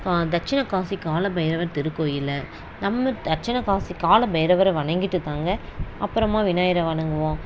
கா தட்சிணகாசி காலபைரவர் திருக்கோயிலில் நம்ம தட்சிணகாசி காலபைரவரை வணங்கிட்டு தாங்க அப்புறமா விநாயகரை வணங்குவோம்